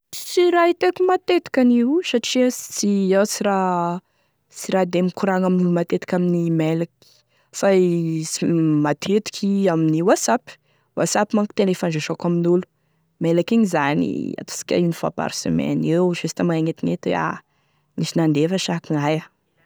Tsy raha iteko matetiky an'io satria iaho sy raha sy raha de mikoragny amin'olo matetiky amin'ny mailaky fa i matetiky amin'ny whatssapp, WhatsApp manko e tena hifandraisako amin'olo, mailaky igny zany ataosika une fois par semaine eo, juste magnetignety hoe a nisy nandefa sa akognaia.